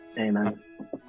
Amen